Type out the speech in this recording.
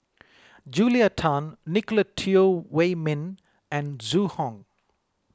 Julia Tan Nicolette Teo Wei Min and Zhu Hong